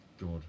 God